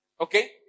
Okay